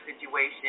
situation